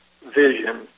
vision